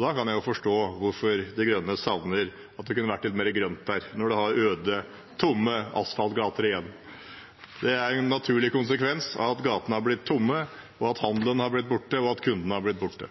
Da kan jeg forstå hvorfor De Grønne savner at det hadde vært litt mer grønt der, når det er øde, tomme asfaltgater igjen. En naturlig konsekvens av at gatene har blitt tomme, er at handelen har blitt borte, og at kundene har blitt borte.